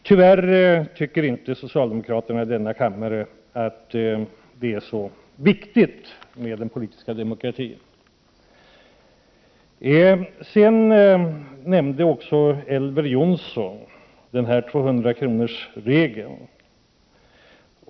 Tyvärr tycker inte socialdemokraterna i riksdagen att det är så viktigt med den politiska demokratin. Elver Jonsson nämnde 200-kronorsregeln.